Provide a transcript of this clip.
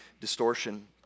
distortion